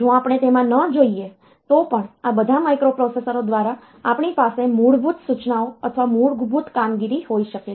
જો આપણે તેમાં ન જઈએ તો પણ આ બધા માઇક્રોપ્રોસેસરો દ્વારા આપણી પાસે મૂળભૂત સૂચનાઓ અથવા મૂળભૂત કામગીરી હોઈ શકે છે